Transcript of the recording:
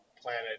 planet